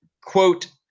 quote